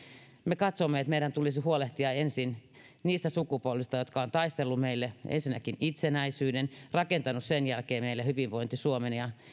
meidän tulisi huolehtia ensin niistä sukupolvista jotka ovat taistelleet meille ensinnäkin itsenäisyyden ja rakentaneet sen jälkeen meille hyvinvointi suomen